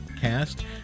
cast